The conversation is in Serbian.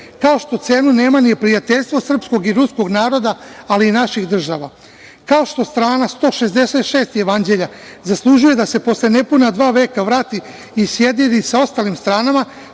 Kao što cenu nema ni prijateljstvo srpskog i ruskog naroda, ali i naših država. Kao što strana 166 Jevanđelja zaslužuje da se posle nepuna dva veka vrati i sjedini sa ostalim stranama,